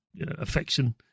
affection